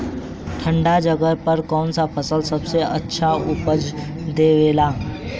ठंढा जगह पर कौन सा फसल सबसे ज्यादा अच्छा उपज देवेला?